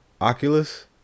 Oculus